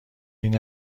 این